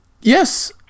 Yes